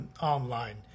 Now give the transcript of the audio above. online